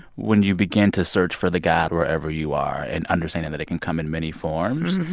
when you begin to search for the god wherever you are and understanding that it can come in many forms,